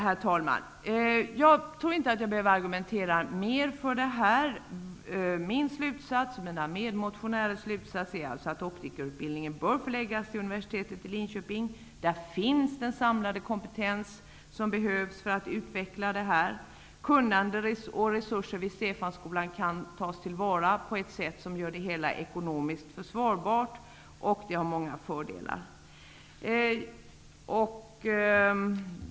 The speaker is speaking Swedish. Herr talman! Jag tror inte att jag behöver argumentera mer för detta. Min och mina medmotionärers slutsats är alltså att optikerutbildningen bör förläggas till universitetet i Linköping. Där finns den samlade kompetens som behövs för att utveckla optikerutbildningen. Borensberg kan tas till vara på ett sätt som gör det hela ekonomiskt försvarbart. Det har många fördelar. Herr talman!